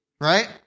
right